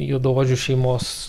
juodaodžių šeimos